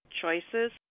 choices